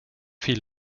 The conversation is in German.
viel